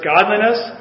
godliness